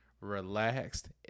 relaxed